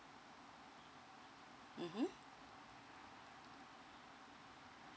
mm